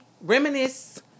reminisce